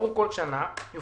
בעבור כל שנה החל משנת 2023,